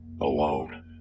alone